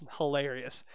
hilarious